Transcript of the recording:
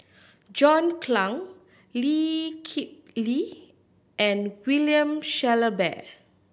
John Clang Lee Kip Lee and William Shellabear